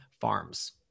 Farms